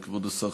כבוד השר,